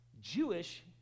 Jewish